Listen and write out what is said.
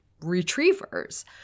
Retrievers